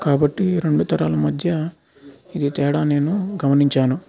కాబట్టి రెండు తరాల మధ్య ఇది తేడా నేను గమనించాను